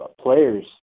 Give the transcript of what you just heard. players